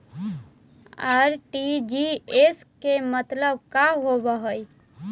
RTGS के मतलब का होव हई?